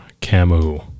Camus